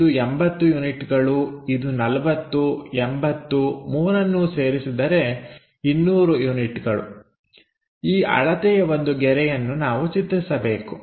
ಇದು 80 ಯೂನಿಟ್ಗಳು ಇದು 4080 ಮೂರನ್ನು ಸೇರಿಸಿದರೆ 200 ಯೂನಿಟ್ ಗಳು ಈ ಅಳತೆಯ ಒಂದು ಗೆರೆಯನ್ನು ನಾವು ಚಿತ್ರಿಸಬೇಕು